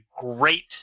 great